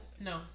No